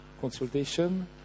consultation